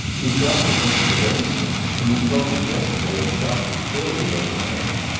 you've got to think of the livingstones, and you told me yesterday a shock would kill the old man.